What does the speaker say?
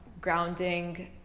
grounding